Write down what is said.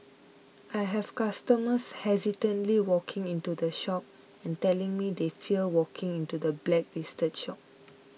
I have customers hesitantly walking into the shop and telling me they fear walking into the blacklisted shops